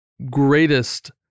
greatest